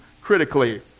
critically